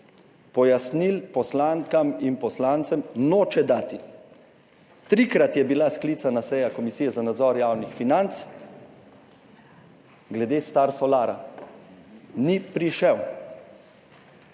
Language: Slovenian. pojasnil poslankam in poslancem noče dati. Trikrat je bila sklicana seja Komisije za nadzor javnih financ glede Star Solar. Ni prišel.